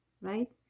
right